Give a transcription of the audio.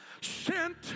sent